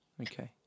okay